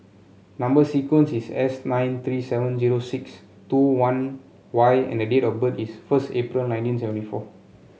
number sequence is S nine three seven zero six two one Y and date of birth is first April nineteen seventy four